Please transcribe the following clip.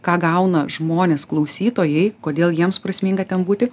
ką gauna žmonės klausytojai kodėl jiems prasminga ten būti